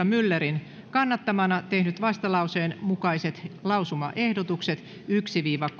myllerin kannattamana tehnyt vastalauseen mukaiset lausumaehdotukset yksi viiva